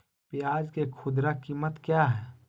प्याज के खुदरा कीमत क्या है?